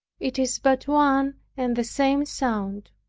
it is but one and the same sound,